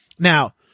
Now